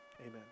Amen